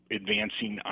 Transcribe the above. advancing